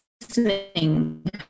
listening